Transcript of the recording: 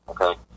okay